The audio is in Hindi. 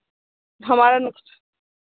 हमारा नुक